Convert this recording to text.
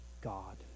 God